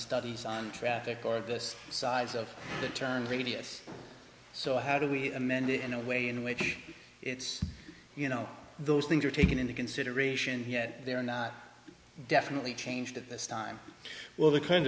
studies on traffic or this size of the turns radius so how do we amend it in a way in which it's you know those things are taken into consideration he had they're not definitely changed at this time well the kind